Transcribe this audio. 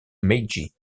meiji